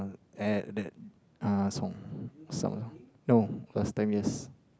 at that uh song song no first time yes